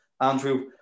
Andrew